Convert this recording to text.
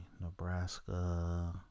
Nebraska